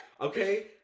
okay